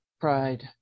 pride